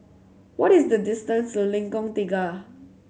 what is the distance to Lengkong Tiga